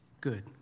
good